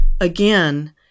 again